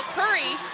curry,